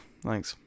Thanks